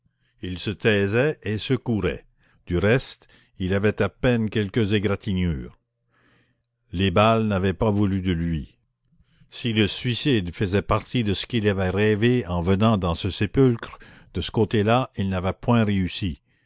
il se taisait et secourait du reste il avait à peine quelques égratignures les balles n'avaient pas voulu de lui si le suicide faisait partie de ce qu'il avait rêvé en venant dans ce sépulcre de ce côté-là il n'avait point réussi